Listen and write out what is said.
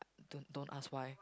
don't don't ask why